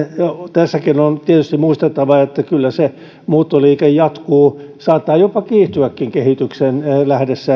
tässäkin on tietysti muistettava että kyllä se muuttoliike jatkuu saattaa jopa kiihtyäkin kehityksen